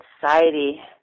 society